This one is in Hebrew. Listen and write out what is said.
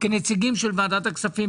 כנציגים של ועדת הכספים,